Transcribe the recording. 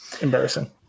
Embarrassing